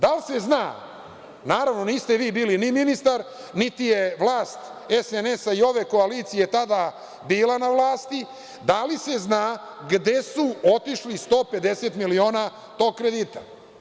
Da li se zna, naravno, niste vi bili ni ministar, niti je vlast SNS i ove koalicije tada bila na vlasti, da li se zna gde su otišli 150 miliona tog kredita?